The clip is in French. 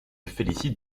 félicite